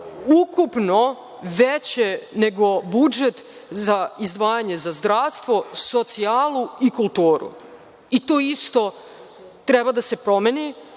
ukupno veći nego budžet za izdvajanje za zdravstvo, socijalu i kulturu i to isto treba da se promeni.